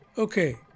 Okay